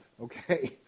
Okay